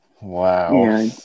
Wow